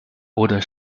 oder